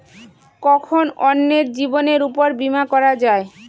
কখন অন্যের জীবনের উপর বীমা করা যায়?